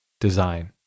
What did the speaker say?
design